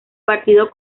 partido